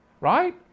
right